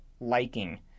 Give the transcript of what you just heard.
liking